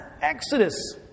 exodus